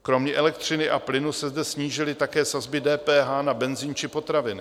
Kromě elektřiny a plynu se zde snížily také sazby DPH na benzin či potraviny.